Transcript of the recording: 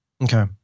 Okay